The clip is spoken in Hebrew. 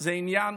זה עניין